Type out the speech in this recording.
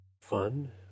fun